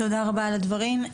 תודה רבה על הדברים.